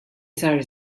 sar